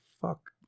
fuck